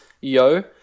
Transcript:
Yo